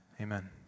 amen